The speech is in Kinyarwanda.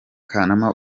kanama